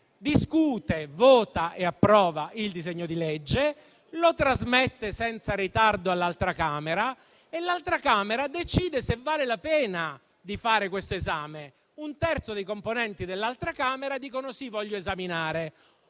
discute, vota e approva il disegno di legge; lo trasmette senza ritardo all'altra Camera e l'altra Camera decide se vale la pena di fare questo esame. Un terzo dei componenti dell'altra Camera dice che sì, vuole esaminare